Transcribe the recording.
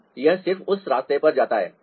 तो यह सिर्फ उस रास्ते पर जाता है